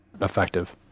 effective